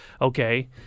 okay